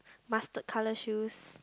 mustard colour shoe